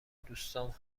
دوستام